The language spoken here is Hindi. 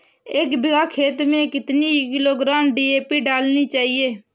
एक बीघा खेत में कितनी किलोग्राम डी.ए.पी डालनी चाहिए?